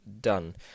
done